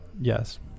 Yes